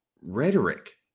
rhetoric